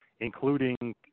including